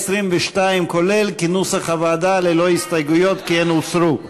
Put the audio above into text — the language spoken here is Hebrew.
כולל, כנוסח הוועדה, ללא הסתייגויות, כי הן הוסרו.